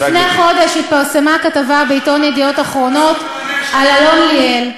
לפני חודש התפרסמה כתבה בעיתון "ידיעות אחרונות" על אלון ליאל.